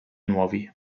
nuovi